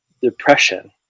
depression